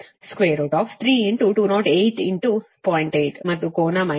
8 ಮತ್ತು ಕೋನ ಮೈನಸ್ 36